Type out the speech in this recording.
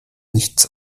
nichts